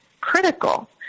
critical